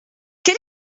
quel